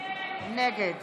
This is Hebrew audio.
נגד